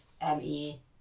m-e